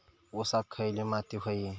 ऊसाक खयली माती व्हयी?